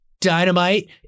Dynamite